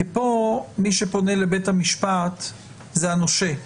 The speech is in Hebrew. כאן מי שפונה לבית המשפט זה הנושה.